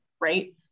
right